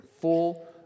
full